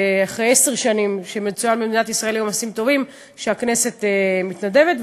אחרי עשר שנים שמצוין בישראל יום מעשים טובים שהכנסת מתנדבת.